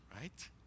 right